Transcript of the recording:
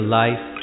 life